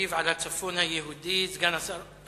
יגיב על הצפון היהודי סגן השר.